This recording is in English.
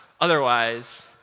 otherwise